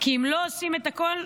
כי אם לא עושים את הכול,